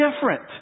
different